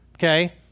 Okay